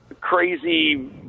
Crazy